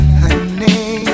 honey